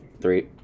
Three